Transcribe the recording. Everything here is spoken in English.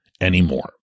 anymore